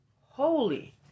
holy